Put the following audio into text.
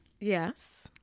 Yes